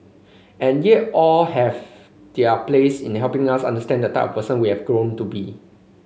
and yet all have their place in helping us understand the type of person we have grown to be